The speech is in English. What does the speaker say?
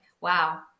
wow